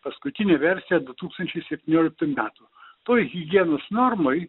paskutinė versija du tūkstančiai septynioliktų metų toj higienos normoj